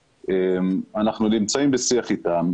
אנחנו נמצאים בשיח איתם.